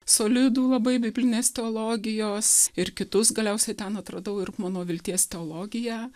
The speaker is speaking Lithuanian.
solidų labai biblinės teologijos ir kitus galiausiai ten atradau ir mano vilties teologiją